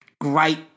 great